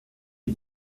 des